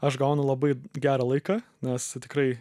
aš gaunu labai gerą laiką nes tikrai